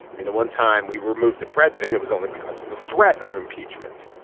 i mean, the one time we removed a president, it was only because of the threat of impeachment.